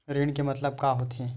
ऋण के मतलब का होथे?